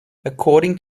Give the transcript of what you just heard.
according